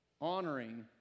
honoring